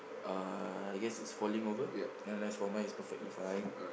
uh I guess it's falling over and as for mine it's perfectly fine